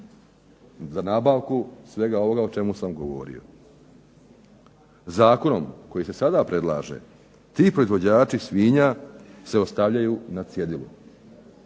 Za nabavku svega ovoga što sam govorio. Zakonom koji se sada predlaže ti proizvođači svinja se ostavljaju na cjedilu,